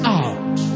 out